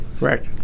Right